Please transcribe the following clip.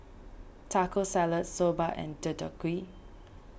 Taco Salad Soba and Deodeok Gui